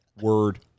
Word